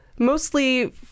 Mostly